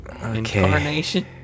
Incarnation